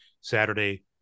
saturday